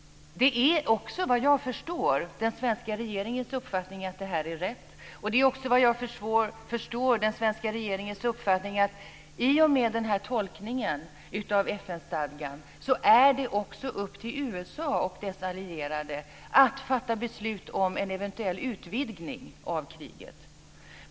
Det är, såvitt jag förstår, den svenska regeringens uppfattning att det här är rätt. Det är också, såvitt jag förstår, den svenska regeringens uppfattning att i och med den här tolkningen av FN-stadgan är det upp till USA och dess allierade att fatta beslut om en eventuell utvidgning av kriget.